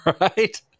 Right